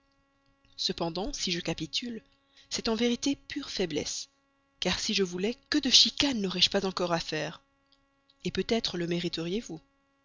cependant si je capitule c'est en vérité pure faiblesse car si je voulais que de chicanes n'aurais-je pas encore à faire peut-être le mériteriez vous